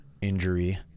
injury